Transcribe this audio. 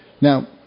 Now